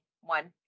one